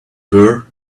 were